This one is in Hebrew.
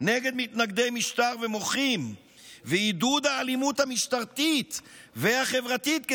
נגד מתנגדי משטר ומוחים ועידוד האלימות המשטרתית והחברתית כנגדם,